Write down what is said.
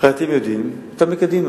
הרי אתם יודעים, אתה מקדימה.